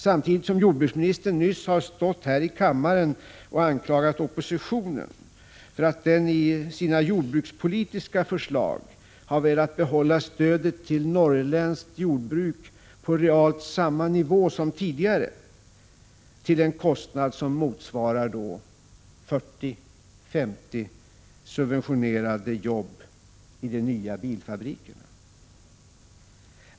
Samtidigt har jordbruksministern nyligen stått här i kammaren och anklagat oppositionen för att den i sina jordbrukspolitiska förslag har velat behålla stödet till det norrländska skogsbruket på realt samma nivå som tidigare, alltså till en kostnad som motsvarar 40-50 subventionerade jobb i de nya bilfabrikerna.